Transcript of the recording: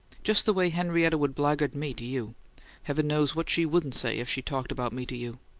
just the way henrietta would blackguard me to you heaven knows what she wouldn't say if she talked about me to you!